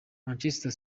manchester